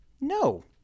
no